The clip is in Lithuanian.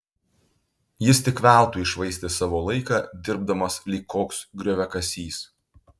jis tik veltui švaistė savo laiką dirbdamas lyg koks grioviakasys